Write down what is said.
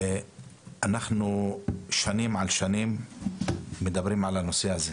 אנחנו שנים על שנים מדברים על הנושא הזה,